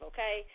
Okay